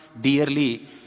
dearly